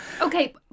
Okay